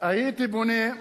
הייתי פונה,